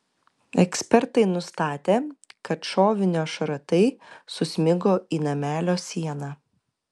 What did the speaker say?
ekspertai nustatė kad šovinio šratai susmigo į namelio sieną